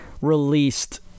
released